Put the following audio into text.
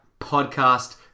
podcast